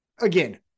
again